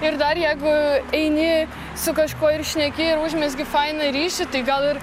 ir dar jeigu eini su kažkuo ir šneki ir užmezgi fainą ryšį tai gal ir